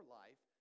life